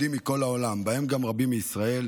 העולם, ובהם גם רבים מישראל,